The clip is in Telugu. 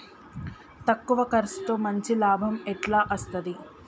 తక్కువ కర్సుతో మంచి లాభం ఎట్ల అస్తది?